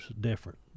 different